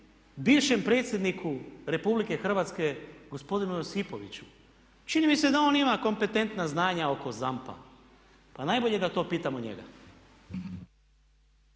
bivšem predsjedniku RH gospodinu Josipoviću. Čini mi se da on ima kompetentna znanja oko ZAMP-a, pa najbolje da to pitamo njega.